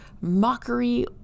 mockery